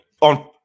on